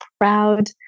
proud